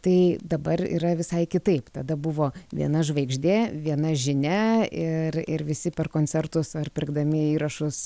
tai dabar yra visai kitaip tada buvo viena žvaigždė viena žinia ir ir visi per koncertus ar pirkdami įrašus